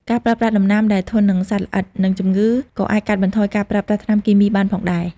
ការប្រើប្រាស់ដំណាំដែលធន់នឹងសត្វល្អិត និងជំងឺក៏អាចកាត់បន្ថយការប្រើប្រាស់ថ្នាំគីមីបានផងដែរ។